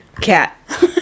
Cat